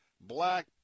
Black